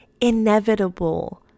inevitable